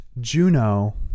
Juno